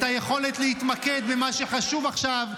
את היכולת להתמקד במה שחשוב עכשיו,